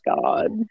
God